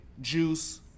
Juice